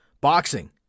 boxing